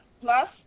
plus